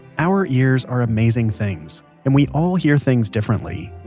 our ears are amazing things. and we all hear things differently.